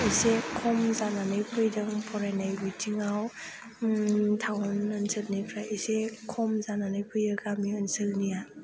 एसे खम जानानै फैदों फरायनाय बिथिङाव टाउन ओनसोलनिफ्राय एसे खम जानानै फैयो गामि ओनसोलनिया